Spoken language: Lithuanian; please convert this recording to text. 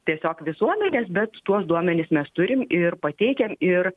tiesiog visuomenės bet tuos duomenis mes turim ir pateikiam ir